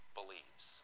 believes